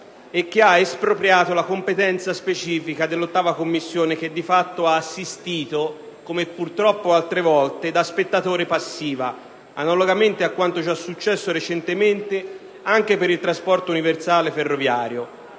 che ha espropriato la competenza specifica dell'8a Commissione, che di fatto ha assistito, come purtroppo altre volte, da spettatore passivo (analogamente a quanto già successo recentemente per il trasporto universale ferroviario),